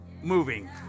moving